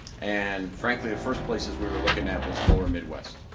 and frankly the first places we were looking at was lower midwest.